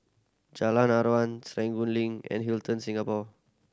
Jalan Aruan Serangoon Link and Hilton Singapore